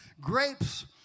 Grapes